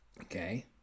Okay